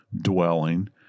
dwelling